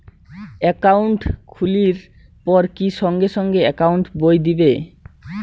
Account খুলির পর কি সঙ্গে সঙ্গে একাউন্ট বই দিবে?